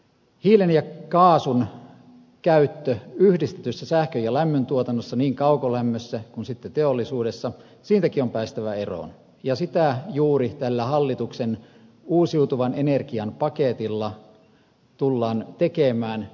hiilen ja kaasun käytöstä yhdistetyssä sähkön ja lämmöntuotannossa niin kaukolämmössä kun teollisuudessa on siitäkin päästävä eroon ja sitä juuri tällä hallituksen uusiutuvan energian paketilla tullaan tekemään